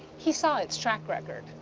he saw its track record.